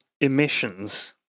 emissions